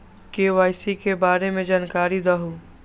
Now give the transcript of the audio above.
KYC के बारे में जानकारी दहु?